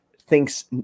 thinks